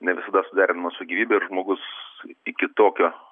ne visada suderinamas su gyvybe ir žmogus iki tokio